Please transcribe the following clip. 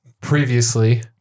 Previously